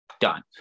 done